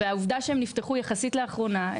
והעובדה שהם נפתחו יחסית לאחרונה,